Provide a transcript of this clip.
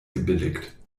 gebilligt